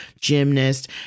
gymnast